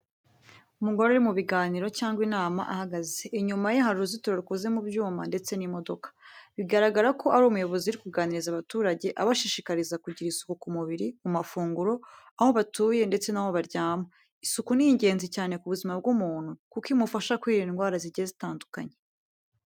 Umugore uri mu biganiro cyangwa inama, ahagaze, inyuma ye hari uruzitiro rukoze mu byuma ndetse n'imodoka. Bigaragara ko ari umuyobozi uri kuganiriza abaturage abashishikariza kugira isuku ku mubiri, mu mafunguro, aho batuye ndetse n'aho baryama. Isuku ni ingenzi cyane ku buzima bw'umuntu kuko imufasha kwirinda indwara zigiye zitandukanye.